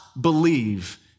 believe